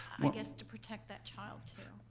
i guess to protect that child, too.